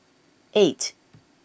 eight